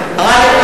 איך?